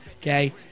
okay